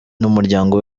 n’umuryango